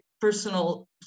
personal